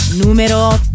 número